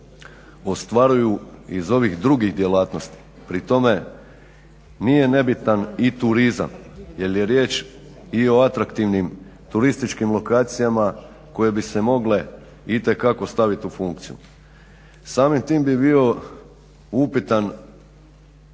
ostvaruju iz ovih drugih djelatnosti, pri tome nije nebitan i turizam, jel je riječ i o atraktivnim turističkim lokacijama koje bi se mogle itekako stavit u funkciju. Samim tim bi bio upitan,